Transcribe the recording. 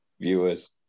viewers